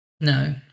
No